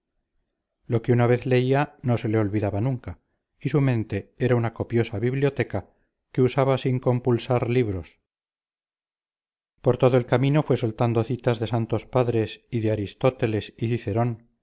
lo que una vez leía no se le olvidaba nunca y su mente era una copiosa biblioteca que usaba sin compulsar libros por todo el camino fue soltando citas de santos padres y de aristóteles y cicerón